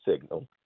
signal